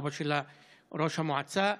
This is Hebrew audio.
אבא שלה ראש המועצה,